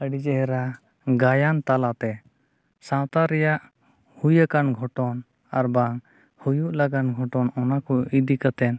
ᱟᱹᱰᱤ ᱪᱮᱦᱨᱟ ᱜᱟᱭᱟᱱ ᱛᱟᱞᱟᱛᱮ ᱥᱟᱶᱛᱟ ᱨᱮᱭᱟᱜ ᱦᱩᱭᱟᱠᱟᱱ ᱜᱷᱚᱴᱚᱱ ᱟᱨᱵᱟᱝ ᱦᱩᱭᱩᱜ ᱞᱟᱜᱟᱱ ᱜᱷᱚᱴᱚᱱ ᱚᱱᱟ ᱠᱚ ᱤᱫᱤ ᱠᱟᱛᱮᱱ